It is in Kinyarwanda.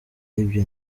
ibyo